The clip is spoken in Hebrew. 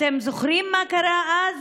אתם זוכרים מה קרה אז,